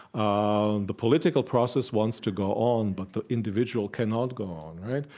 ah the political process wants to go on, but the individual cannot go on, right?